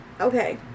Okay